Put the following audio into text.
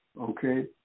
okay